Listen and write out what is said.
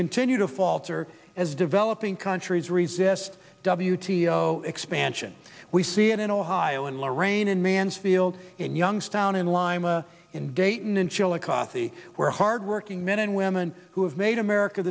continue to falter as developing countries resist w t o expansion we see it in ohio and lorraine in mansfield in youngstown in lima in dayton in chillicothe e where hard working men and women who have made america